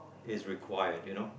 is required you know